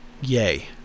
yay